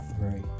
Right